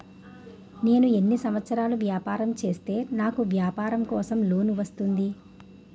నేను ఎన్ని సంవత్సరాలు వ్యాపారం చేస్తే నాకు వ్యాపారం కోసం లోన్ వస్తుంది?